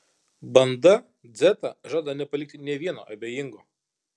banda dzeta žada nepalikti nė vieno abejingo